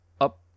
up